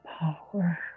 power